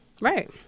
right